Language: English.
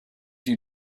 you